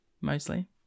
mostly